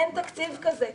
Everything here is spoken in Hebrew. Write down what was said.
אין תקציב כזה.